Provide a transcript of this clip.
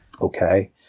Okay